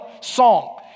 song